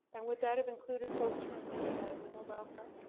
and would that have included folks from the the mobile park?